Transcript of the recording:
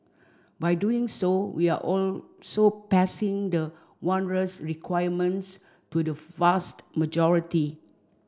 by doing so we are also passing the onerous requirements to the fast majority